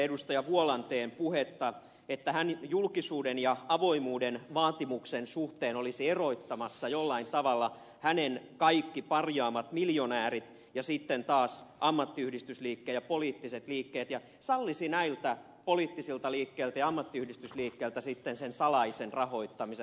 vuolanteen puhetta että hän julkisuuden ja avoimuuden vaatimuksen suhteen olisi erottamassa jollain tavalla kaikki parjaamansa miljonäärit ja sitten taas ammattiyhdistysliikkeen ja poliittiset liikkeet ja sallisi näiltä poliittisilta liikkeiltä ja ammattiyhdistysliikkeeltä sitten sen salaisen rahoittamisen